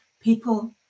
people